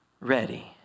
ready